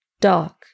dark